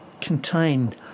contain